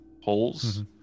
holes